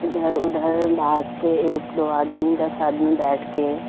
ادھر ادھر باتیں ایک دو آدمی دس آدمی بیٹھ کے